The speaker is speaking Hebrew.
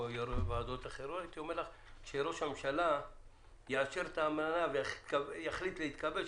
הייתי אומר לך כשראש הממשלה יאשר את האמנה ויחליט להתכבד,